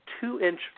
two-inch